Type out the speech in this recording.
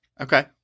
Okay